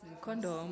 condom